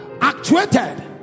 actuated